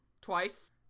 twice